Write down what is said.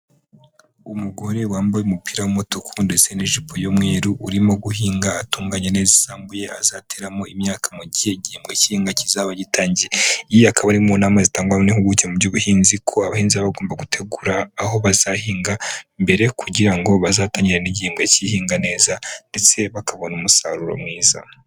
Umugore wambaye umupira w'umutuku ndetse n'ijipo y'umweru, urimo guhinga atunganya neza isambu ye azateramo imyaka mu gihe igihembwe cy'ihinga kizaba gitangiye, iyi akaba ari imwe mu nama zitangwa n'impinguke mu by'ubuhinzi ko abahinzi baba bagomba gutegura aho bazahinga mbere kugira ngo bazatangirane n'igimbwe cy'ihinga neza, ndetse bakabona umusaruro mwiza.